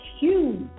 huge